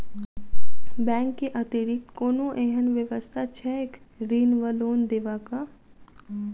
Bank केँ अतिरिक्त कोनो एहन व्यवस्था छैक ऋण वा लोनदेवाक?